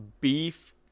beef